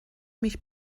mich